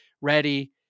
Ready